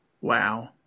Wow